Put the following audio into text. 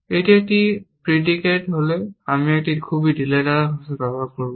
এটি একটি predicate হলে আমি এখানে খুব ঢিলেঢালা ভাষা ব্যবহার করব